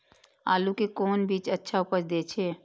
आलू के कोन बीज अच्छा उपज दे छे?